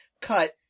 cut